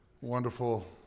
wonderful